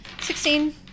Sixteen